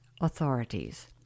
authorities